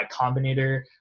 Combinator